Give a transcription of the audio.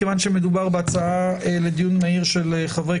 מכיוון שמדובר בהצעה לדיון מהיר של חברי